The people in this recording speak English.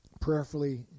prayerfully